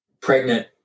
pregnant